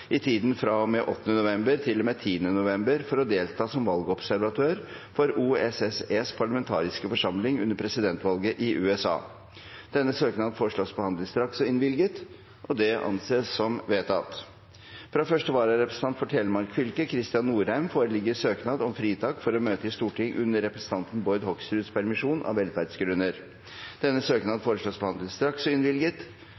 i tiden fra og med 8. november til og med 10. november for å delta som valgobservatør for OSSEs parlamentariske forsamling under presidentvalget i USA. Denne søknad foreslås behandlet straks og innvilget. – Det anses vedtatt. Fra første vararepresentant for Telemark fylke, Kristian Norheim , foreligger søknad om fritak for å møte i Stortinget under representanten Bård Hoksruds permisjon, av velferdsgrunner. Denne søknad